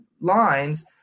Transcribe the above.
lines